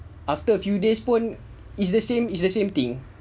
after a few days pun it's the same it's the same thing